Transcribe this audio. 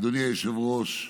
אדוני היושב-ראש,